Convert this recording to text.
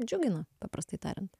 džiugina paprastai tariant